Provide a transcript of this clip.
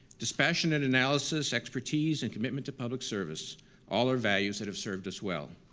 dispassionate analysis, expertise, and commitment to public service all are values that have served us well.